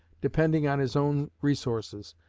depending on his own resources,